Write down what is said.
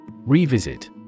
Revisit